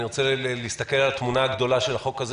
אני רוצה להסתכל על התמונה הדולה של החוק הזה,